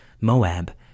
Moab